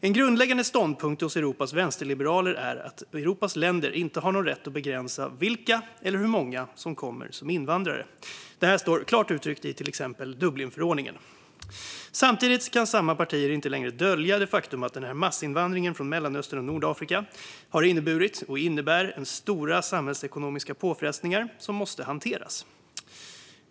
En grundläggande ståndpunkt hos Europas vänsterliberaler är att Europas länder inte har någon rätt att begränsa vilka eller hur många som kommer som invandrare. Detta står klart uttryckt i till exempel Dublinförordningen. Samtidigt kan samma partier inte längre dölja det faktum att massinvandringen från Mellanöstern och Nordafrika har inneburit och innebär stora samhällsekonomiska påfrestningar som måste hanteras.